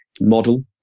model